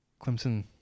Clemson